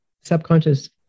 subconscious